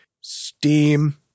Steam